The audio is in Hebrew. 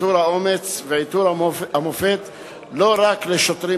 עיטור האומץ ועיטור המופת לא רק לשוטרים